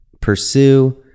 pursue